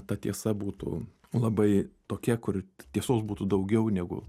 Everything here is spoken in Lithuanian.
a ta tiesa būtų labai tokia kur tiesos būtų daugiau negu